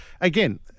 again